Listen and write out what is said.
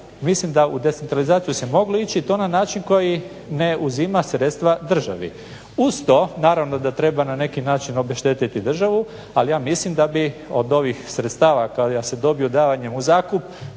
mislim da u decentralizaciju se moglo ići i to na način koji ne uzima sredstva državi. Uz to naravno da treba na neki način obeštetiti državu, ali ja mislim da bi od ovih sredstava koja se dobiju davanjem u zakup